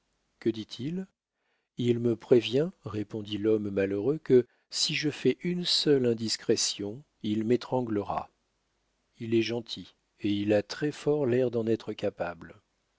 que dit-il il me prévient répondit l'homme malheureux que si je fais une seule indiscrétion il m'étranglera il est gentil et il a très-fort l'air d'en être capable